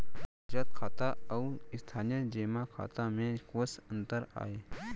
बचत खाता अऊ स्थानीय जेमा खाता में कोस अंतर आय?